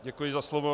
Děkuji za slovo.